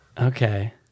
Okay